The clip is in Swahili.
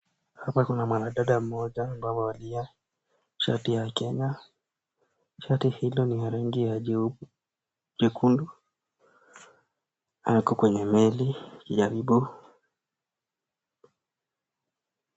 Hapa kuna mwadada mmoja ambaye ameivalia shati la Kenya. Shati hilo ni la rangi ya jeupe jekundu, ako kwenye meli ya ribo.